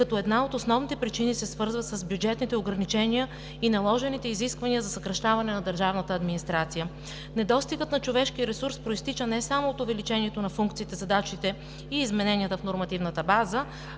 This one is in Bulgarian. като една от основните причини се свързва с бюджетните ограничения и наложените изисквания за съкращаване на държавната администрация. Недостигът на човешки ресурс произтича не само от увеличението на функциите, задачите и измененията в нормативната база,